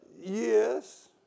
Yes